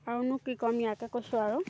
আৰুনো কি ক'ম ইয়াকে কৈছোঁ আৰু